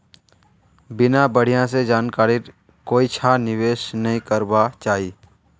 बिना बढ़िया स जानकारीर कोइछा निवेश नइ करबा चाई